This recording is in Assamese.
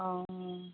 অ